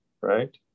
right